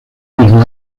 mismo